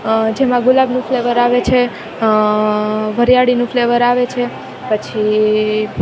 જેમાં ગુલાબ ફ્લેવર આવે છે વરિયાળીનું ફ્લેવર આવે છે પછી